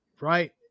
right